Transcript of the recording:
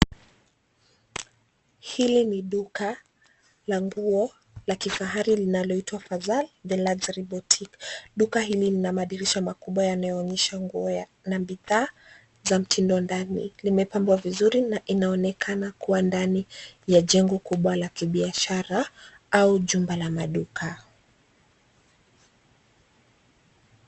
Hili ni duka la nguo la kifahari linaloitwa FAZAL The Luxury Boutique . Duka hili lina madirisha makubwa yanayoonyesha nguo ya na bidhaa za mtindo ndani. Limepambwa vizuri na inaonekana kuwa ndani ya jengo kubwa la kibiashara au jumba la maduka.